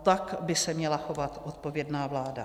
Tak by se měla chovat odpovědná vláda.